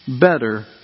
better